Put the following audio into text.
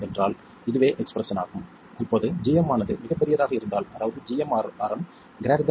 என்றால் இதுவே எக்ஸ்பிரஸ்ஸன் ஆகும் இப்போது gm ஆனது மிகப் பெரியதாக இருந்தால் அதாவது gmRm